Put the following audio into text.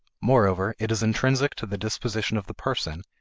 moreover it is intrinsic to the disposition of the person,